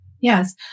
Yes